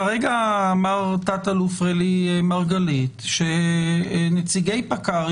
כרגע אמר תא"ל רלי מרגלית שנציגי פקע"ר,